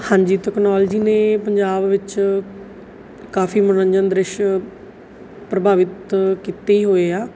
ਹਾਂਜੀ ਟੈਕਨੋਲਜੀ ਨੇ ਪੰਜਾਬ ਵਿੱਚ ਕਾਫ਼ੀ ਮਨੋਰੰਜਨ ਦ੍ਰਿਸ਼ ਪ੍ਰਭਾਵਿਤ ਕੀਤੇ ਹੀ ਹੋਏ ਆ